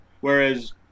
Whereas